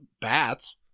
bats